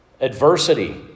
Adversity